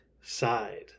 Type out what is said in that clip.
side